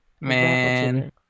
Man